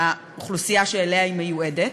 לאוכלוסייה שלה הוא היא מיועדת,